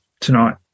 tonight